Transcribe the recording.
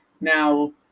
now